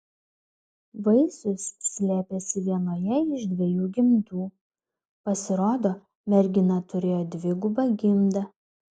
vaisius slėpėsi vienoje iš dviejų gimdų pasirodo mergina turėjo dvigubą gimdą